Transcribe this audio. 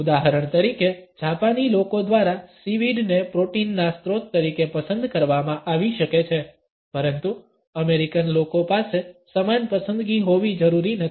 ઉદાહરણ તરીકે જાપાની લોકો દ્વારા સીવીડ ને પ્રોટીનના સ્ત્રોત તરીકે પસંદ કરવામાં આવી શકે છે પરંતુ અમેરિકન લોકો પાસે સમાન પસંદગી હોવી જરૂરી નથી